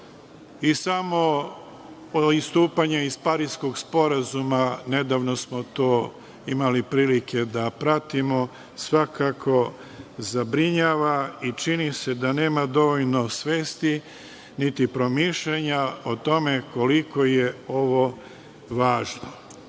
istupanje iz Pariskog sporazuma, nedavno smo to imali prilike da pratimo, svakako zabrinjava i čini se da nema dovoljno svesti, niti promišljanja, o tome koliko je ovo važno. Mnoga